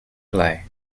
play